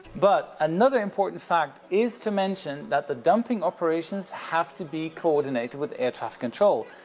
but, another important fact is to mention that the dumping operations have to be coordinated with air traffic control,